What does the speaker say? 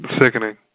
sickening